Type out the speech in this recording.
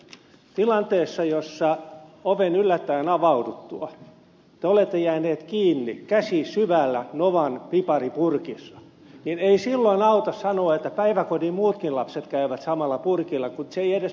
tilanteessa jossa oven yllättäen avauduttua te olette jääneet kiinni käsi syvällä novan piparipurkissa ei silloin auta sanoa että päiväkodin muutkin lapset käyvät samalla purkilla kun se ei edes pidä paikkaansa